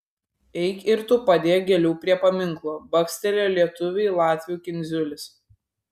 eik ir tu padėk gėlių prie paminklo bakstelėjo lietuviui latvių kindziulis